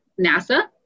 NASA